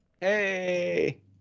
Hey